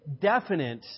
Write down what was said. definite